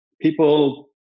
people